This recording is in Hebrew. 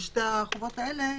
ושתי החובות האלה ירדו,